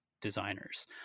designers